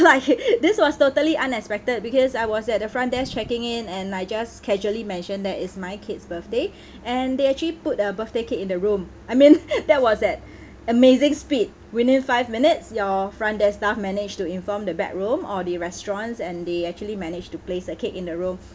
like this was totally unexpected because I was at the front desk checking in and I just casually mentioned that it's my kid's birthday and they actually put a birthday cake in the room I mean that was at amazing speed within five minutes your front desk staff managed to inform the bedroom or the restaurants and they actually managed to place a cake in the room